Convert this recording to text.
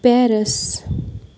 Paris